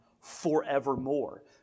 forevermore